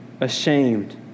Ashamed